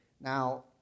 Now